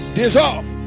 dissolve